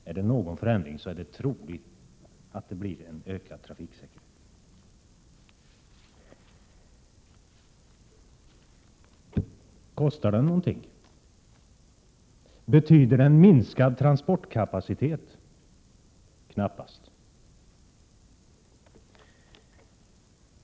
Blir det någon förändring, så är det troligt att det blir en ökad trafiksäkerhet. Kostar det någonting? Betyder det en minskad transportkapacitet? Knappast.